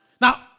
Now